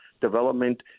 development